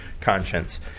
conscience